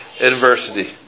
adversity